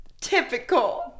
typical